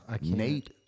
Nate